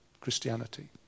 Christianity